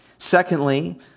Secondly